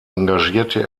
engagierte